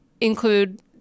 include